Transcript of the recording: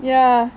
ya